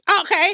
okay